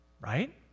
right